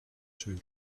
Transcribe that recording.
two